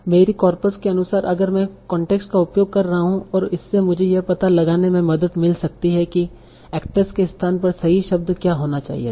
मेरी कॉर्पस के अनुसार अगर मैं कॉन्टेक्स्ट का उपयोग कर रहा हूँ और इससे मुझे यह पता लगाने में मदद मिल सकती है कि एक्ट्रेस के स्थान पर सही शब्द क्या होना चाहिए था